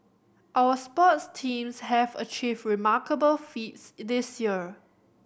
our sports teams have achieved remarkable feats this year